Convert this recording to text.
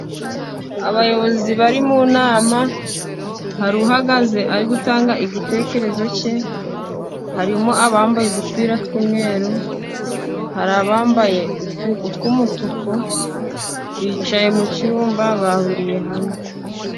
Abayobozi bari mu nama, hari uhagaze ari gutanga igitekerezo cye. Harimo abambaye udupira tw'umweru, hari abambaye utw'umutuku bicaye mu cyumba bahuriye hamwe.